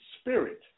Spirit